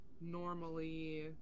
normally